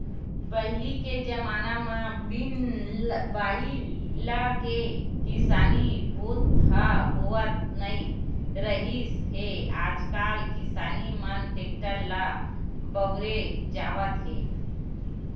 पहिली के जमाना म बिन बइला के किसानी बूता ह होवत नइ रिहिस हे आजकाल किसानी म टेक्टर ल बउरे जावत हे